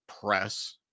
press